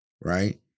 Right